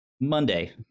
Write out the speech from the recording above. monday